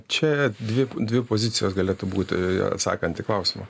čia dvi dvi pozicijos galėtų būti atsakant į klausimą